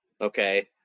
Okay